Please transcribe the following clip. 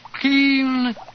keen